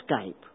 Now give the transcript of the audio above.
escape